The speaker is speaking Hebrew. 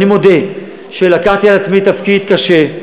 אני מודה שלקחתי על עצמי תפקיד קשה,